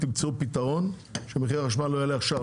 אתם תמצאו פתרון שמחיר החלב לא יעלה עכשיו.